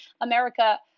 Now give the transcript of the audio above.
America